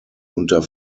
unter